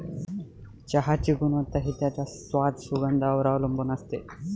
चहाची गुणवत्ता हि त्याच्या स्वाद, सुगंधावर वर अवलंबुन असते